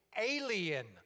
alien